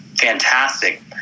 fantastic